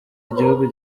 igihugu